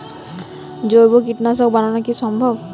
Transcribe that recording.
জৈব কীটনাশক বানানো কি সম্ভব?